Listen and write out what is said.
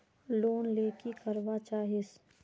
Loan ले की करवा चाहीस?